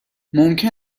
ممکن